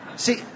See